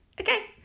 Okay